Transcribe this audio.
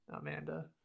Amanda